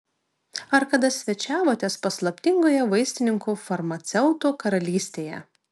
ar kada svečiavotės paslaptingoje vaistininkų farmaceutų karalystėje